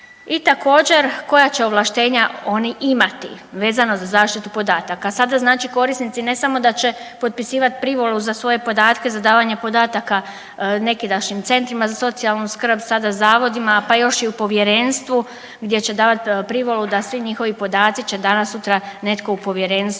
I također koja će ovlaštenja oni imati vezano za zaštitu podataka. Sada znači korisnici ne samo da će potpisivati privolu za svoje podatke, za davanje podataka nekidašnjim centrima za socijalnu skrb sada zavodima, pa još i u povjerenstvu gdje će davati privolu da svi njihovi podaci će danas sutra netko u povjerenstvu